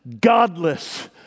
godless